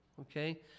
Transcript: okay